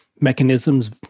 mechanisms